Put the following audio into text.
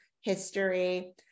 history